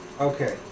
Okay